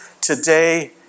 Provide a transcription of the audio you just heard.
today